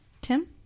Tim